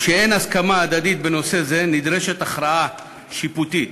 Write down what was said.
וכשאין הסכמה הדדית בנושא זה נדרשת הכרעה שיפוטית,